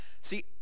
See